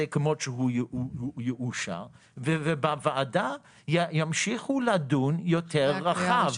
כמות שהוא יאושר ובוועדה ימשיכו לדון יותר רחב.